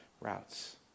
routes